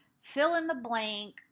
fill-in-the-blank